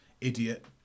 idiot